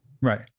Right